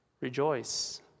rejoice